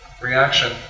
reaction